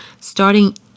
Starting